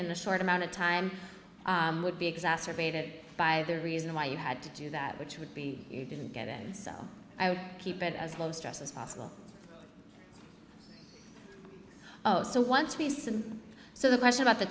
in the short amount of time would be exacerbated by the reason why you had to do that which would be you didn't get it and so i would keep it as low stress as possible so want to be some so the question about the